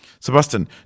Sebastian